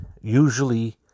usually